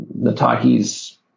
Nataki's